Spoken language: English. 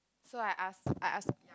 so I ask I ask